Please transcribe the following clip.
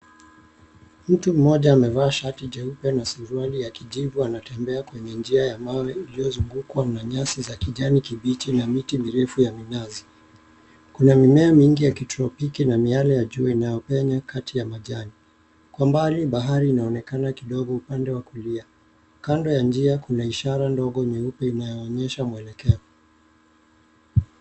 Mtu mmoja amevaa shati jeupe na suruali ya kijivu anatembea kwenye njia ya mawe iliyozungukwa na na nyasi za kijani kibichi na miti mirefu ya minazi. Kuna mimea mingi ya kitropik na miale ya jua inayopenya kati ya majani. Kwa mbali bahari inaonekana kidogo upande wa kulia, kando ya njia kuna ishara ndogo nyeupe inayoonyesha muelekeo.